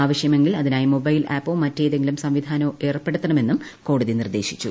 ആവശ്യമെങ്കിൽ അതിനായി മൊബൈൽ ആപ്പോ മറ്റേതെങ്കിലും സംവിധാനമോ ഏർപ്പെടുത്തണമെന്നും കോടതി നിർദ്ദേശിച്ചു